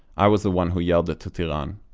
i was the one who yelled it to tiran.